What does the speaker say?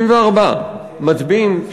64 מצביעים.